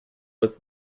was